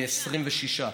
מ-26.